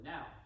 Now